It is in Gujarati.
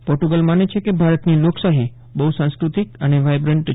પોર્ટુગલ માને છે કે ભારતની લોકશાહી બહુસાંસ્કૃતિક અને વાયબ્રન્ટ છે